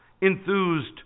enthused